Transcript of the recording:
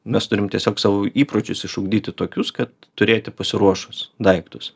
mes turim tiesiog savo įpročius išugdyti tokius kad turėti pasiruošus daiktus